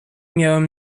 miałem